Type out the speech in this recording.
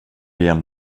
igen